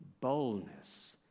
boldness